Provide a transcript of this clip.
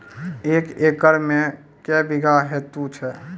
एक एकरऽ मे के बीघा हेतु छै?